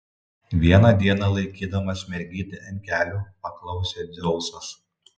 vieną dieną laikydamas mergytę ant kelių paklausė dzeusas